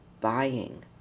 buying